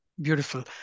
Beautiful